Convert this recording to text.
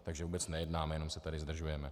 Takže vůbec nejednáme, jenom se tady zdržujeme.